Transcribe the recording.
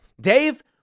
Dave